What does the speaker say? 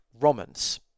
romans